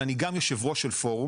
אבל אני גם יושב-ראש של פורום,